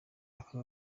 aka